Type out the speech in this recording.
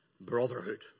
Brotherhood